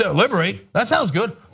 ah liberate, that sounds good,